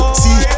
see